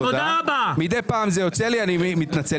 מדי פעם זה יוצא לי, אני מתנצל.